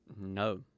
No